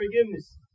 forgiveness